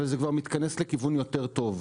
אבל זה כבר מתכנס לכיוון יותר טוב.